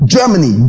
Germany